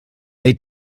they